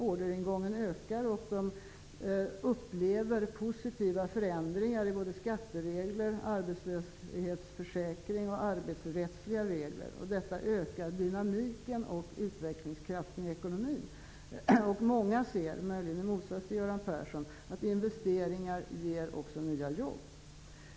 Orderingången ökar, och företagen upplever positiva förändringar i fråga om skatteregler, arbetslöshetsförsäkring och arbetsrättsliga regler. Detta ökar dynamiken och utvecklingskraften i ekonomin. Många ser, möjligen i motsats till Göran Persson, att investeringar också ger nya jobb.